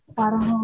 parang